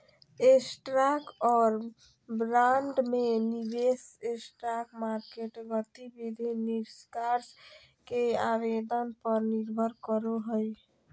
stock और bond में निवेश स्टॉक मार्केट गतिविधि निष्कर्ष के आवेदन पर निर्भर करो हइ